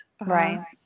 Right